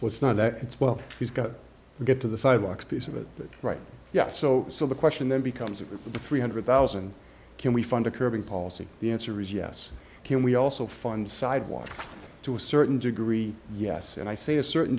it's well he's got to get to the sidewalks piece of it but right yes so so the question then becomes of the three hundred thousand can we find a curbing policy the answer is yes can we also fund sidewalks to a certain degree yes and i say a certain